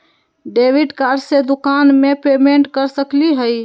Debit card से दुकान में पेमेंट कर सकली हई?